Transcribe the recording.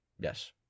Yes